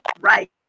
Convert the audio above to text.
Right